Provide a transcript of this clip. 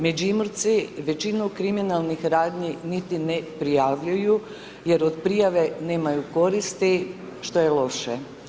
Međimurci većinu kriminalnih radnji niti ne prijavljuju jer od prijave nemaju koristi, što je loše.